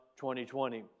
2020